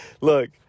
Look